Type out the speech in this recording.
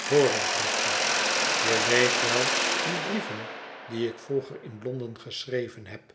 hoor eens bertie je weet wel die brieven die ik vroeger in londen geschreven heb